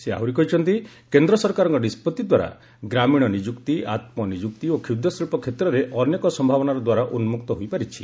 ସେ ଆହୁରି କହିଛନ୍ତି କେନ୍ଦ୍ର ସରକାରଙ୍କ ନିଷ୍ପତି ଦ୍ୱାରା ଗ୍ରାମୀଣ ନିଯୁକ୍ତି ଆତ୍କନିଯୁକ୍ତି ଓ କ୍ଷୁଦ୍ରଶିଳ୍ପ କ୍ଷେତ୍ରରେ ଅନେକ ସମ୍ଭାବନାର ଦ୍ୱାର ଉନ୍ମକ୍ତ ହୋଇପାରିଛି